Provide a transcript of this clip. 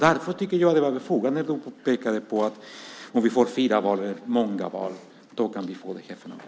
Därför tycker jag att det var befogat när du pekade på att om vi får många val kan vi också få det här fenomenet.